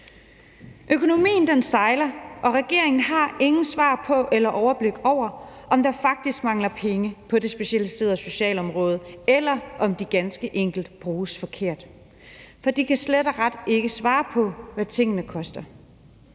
Økonomien sejler, og regeringen har ingen svar på eller overblik over, om der faktisk mangler penge på det specialiserede socialområde, eller om de ganske enkelt bruges forkert, for de kan slet og ret ikke svare på, hvad tingene koster.